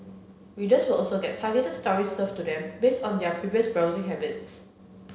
readers will also get targeted stories served to them based on their previous browsing habits